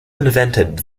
invented